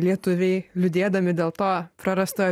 lietuviai liūdėdami dėl to prarasto